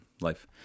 life